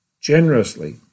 generously